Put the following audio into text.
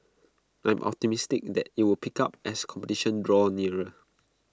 I am optimistic that IT will pick up as competition draws nearer